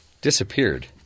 disappeared